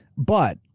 but,